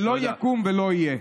זה לא יקום ולא יהיה.